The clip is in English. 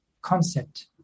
concept